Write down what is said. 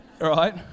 right